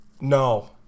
No